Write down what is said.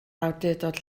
awdurdod